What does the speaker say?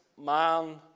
man